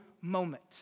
moment